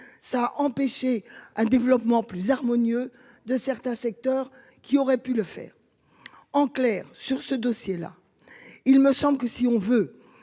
ça empêcher un développement plus harmonieux de certains secteurs qui aurait pu le faire. En clair sur ce dossier là, il me semble que si on veut